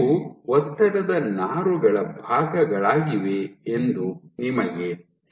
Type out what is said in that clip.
ಇವು ಒತ್ತಡದ ನಾರುಗಳ ಭಾಗಗಳಾಗಿವೆ ಎಂದು ನಿಮಗೆ ತಿಳಿದಿದೆ